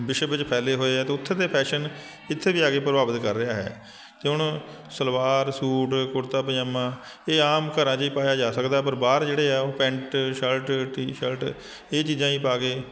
ਵਿਸ਼ਵ ਵਿੱਚ ਫੈਲੇ ਹੋਏ ਆ ਅਤੇ ਉੱਥੇ ਦੇ ਫੈਸ਼ਨ ਇੱਥੇ ਵੀ ਆ ਕੇ ਪ੍ਰਭਾਵਿਤ ਕਰ ਰਿਹਾ ਹੈ ਅਤੇ ਹੁਣ ਸਲਵਾਰ ਸੂਟ ਕੁੜਤਾ ਪਜਾਮਾ ਇਹ ਆਮ ਘਰਾਂ 'ਚ ਹੀ ਪਾਇਆ ਜਾ ਸਕਦਾ ਪਰ ਬਾਹਰ ਜਿਹੜੇ ਆ ਉਹ ਪੈਂਟ ਸ਼ਰਟ ਟੀ ਸ਼ਰਟ ਇਹ ਚੀਜ਼ਾਂ ਹੀ ਪਾ ਕੇ